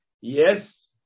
Yes